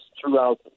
throughout